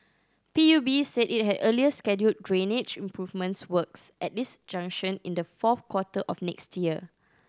P U B said it had earlier scheduled drainage improvement works at this junction in the fourth quarter of next year